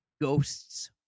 ghosts